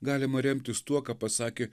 galima remtis tuo ką pasakė